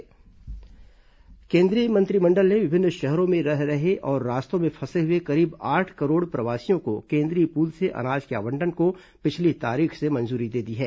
मजदूर अनाज आवंटन केन्द्रीय मंत्रिमंडल ने विभिन्न शहरों में रह रहे और रास्तों में फंसे हुए करीब आठ करोड़ प्रवासियों को केन्द्रीय पूल से अनाज के आवंटन की पिछली तारीख से मंजूरी दे दी है